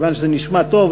מכיוון שזה נשמע טוב,